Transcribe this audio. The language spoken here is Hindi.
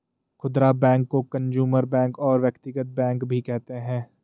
खुदरा बैंक को कंजूमर बैंक और व्यक्तिगत बैंक भी कहते हैं